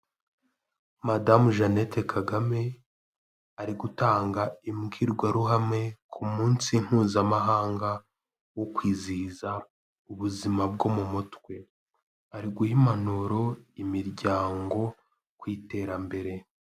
Madamu Jeannette Kagame ari gutanga imbwirwaruhame ku munsi mpuzamahanga wo kwizihiza ubuzima bwo mu mutwe, ari guha impanuro imiryango ku iterambere.